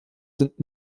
sind